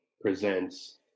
presents